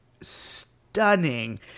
Stunning